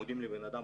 מודיעים לבן אדם,